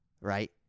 right